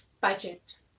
budget